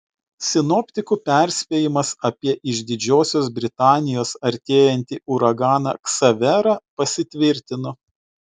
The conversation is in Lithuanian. sinoptikų perspėjimas apie iš didžiosios britanijos artėjantį uraganą ksaverą pasitvirtino